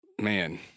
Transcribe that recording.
man